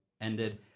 ended